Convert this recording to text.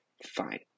fine